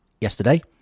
yesterday